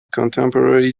contemporary